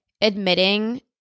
admitting